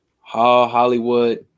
Hollywood